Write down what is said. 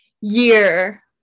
year